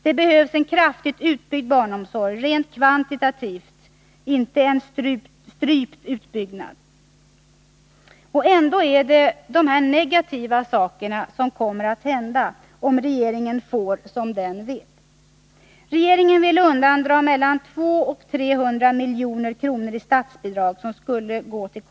Det behövs en kraftigt utbyggd barnomsorg rent kvantitativt — inte en strypt utbyggnad. Ändå är det dessa negativa saker som kommer att hända med barnomsorgen om regeringen får som den vill. Regeringen vill undandra kommunerna mellan 200 och 300 miljoner i statsbidrag.